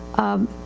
um,